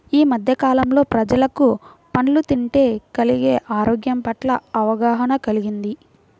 యీ మద్దె కాలంలో ప్రజలకు పండ్లు తింటే కలిగే ఆరోగ్యం పట్ల అవగాహన కల్గింది